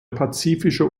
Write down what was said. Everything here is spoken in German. pazifische